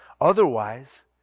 Otherwise